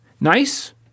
Nice